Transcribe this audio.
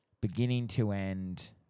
beginning-to-end